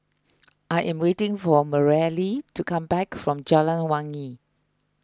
I am waiting for Mareli to come back from Jalan Wangi